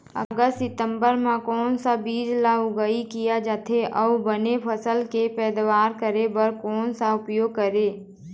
अगस्त सितंबर म कोन सा बीज ला उगाई किया जाथे, अऊ बने फसल के पैदावर करें बर कोन सा उपाय करें?